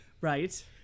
right